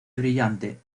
brillante